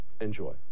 Enjoy